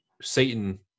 Satan